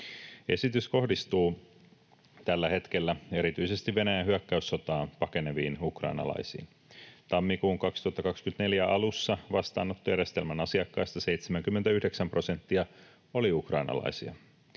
Esitys kohdistuu tällä hetkellä erityisesti Venäjän hyökkäyssotaa pakeneviin ukrainalaisiin. Tammikuun 2024 alussa vastaanottojärjestelmän asiakkaista 79 prosenttia oli ukrainalaisia.